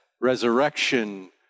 resurrection